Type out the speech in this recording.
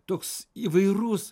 toks įvairus